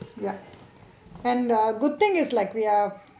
ya and the good thing is like we are